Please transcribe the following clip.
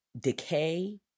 decay